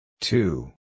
Two